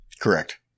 Correct